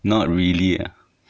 not really ah